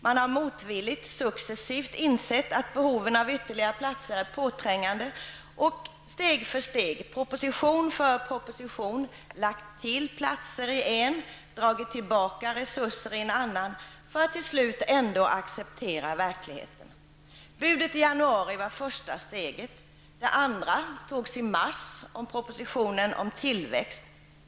Man har motvilligt successivt insett att behoven av ytterligare platser är påträngande och steg för steg, proposition för proposition, lagt till platser i en, dragit tillbaka resurser i en annan, för att till slut ändå acceptera verkligheten. Budet i januari var första steget. Det andra togs i mars med propositionen om tillväxt.